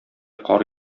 кар